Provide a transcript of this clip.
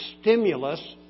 stimulus